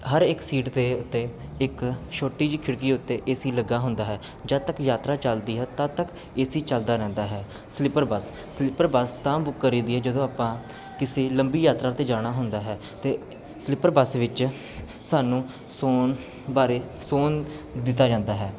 ਹਰ ਇੱਕ ਸੀਟ ਦੇ ਉੱਤੇ ਇੱਕ ਛੋਟੀ ਜਿਹੀ ਖਿੜਕੀ ਉੱਤੇ ਏ ਸੀ ਲੱਗਾ ਹੁੰਦਾ ਹੈ ਜਦ ਤੱਕ ਯਾਤਰਾ ਚੱਲਦੀ ਹੈ ਤਦ ਤੱਕ ਏ ਸੀ ਚੱਲਦਾ ਰਹਿੰਦਾ ਹੈ ਸਲੀਪਰ ਬੱਸ ਸਲੀਪਰ ਬੱਸ ਤਾਂ ਬੁੱਕ ਕਰੀਦੀ ਹੈ ਜਦੋਂ ਆਪਾਂ ਕਿਸੀ ਲੰਬੀ ਯਾਤਰਾ 'ਤੇ ਜਾਣਾ ਹੁੰਦਾ ਹੈ ਅਤੇ ਸਲੀਪਰ ਬੱਸ ਵਿੱਚ ਸਾਨੂੰ ਸੌਣ ਬਾਰੇ ਸੌਣ ਦਿੱਤਾ ਜਾਂਦਾ ਹੈ